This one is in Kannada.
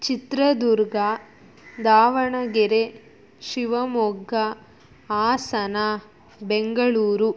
ಚಿತ್ರದುರ್ಗ ದಾವಣಗೆರೆ ಶಿವಮೊಗ್ಗ ಹಾಸನ ಬೆಂಗಳೂರು